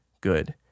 good